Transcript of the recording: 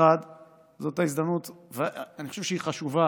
1. זאת ההזדמנות, ואני חושב שהיא חשובה.